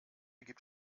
gibt